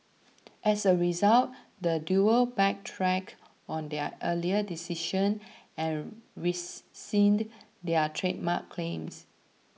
as a result the duo backtracked on their earlier decision and rescinded their trademark claims